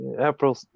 April